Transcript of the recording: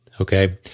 Okay